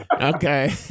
Okay